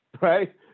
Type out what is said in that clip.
Right